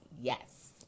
Yes